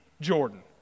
Jordan